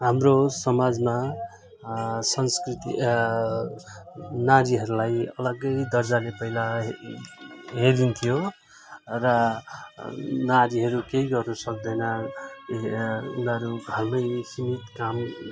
हाम्रो समाजमा संस्कृति नारीहरूलाई अलग्गै दर्जाले पहिला हेरिन्थ्यो र नारीहरू केही गर्नु सक्दैन उनीहरू घरमै सीमित काम